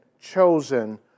chosen